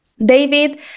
David